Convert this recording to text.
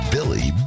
Billy